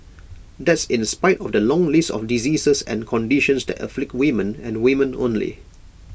that's in spite of the long list of diseases and conditions that afflict women and women only